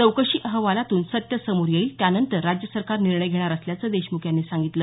चौकशी अहवालातून सत्य समोर येईल त्यानंतर राज्य सरकार निर्णय घेणार असल्याचं देशमुख यांनी सांगितलं